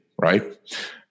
right